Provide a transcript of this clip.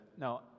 No